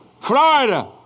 Florida